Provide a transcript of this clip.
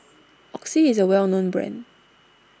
Oxy is a well known brand